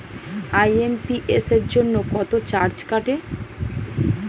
IMPS জন্য কত charge কাটে?